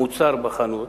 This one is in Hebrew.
מוצר בחנות,